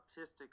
autistic